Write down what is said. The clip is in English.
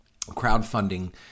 crowdfunding